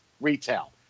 retail